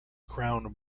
crowned